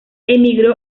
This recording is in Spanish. emigró